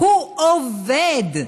הוא עובד,